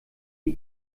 sie